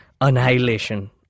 annihilation